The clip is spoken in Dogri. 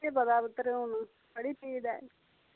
केह् पता पुत्तर हून बड़ी पीड़ ऐ